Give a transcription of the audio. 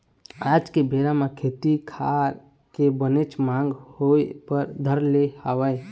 आज के बेरा म खेती खार के बनेच मांग होय बर धर ले हवय